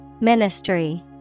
Ministry